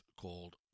called